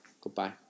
goodbye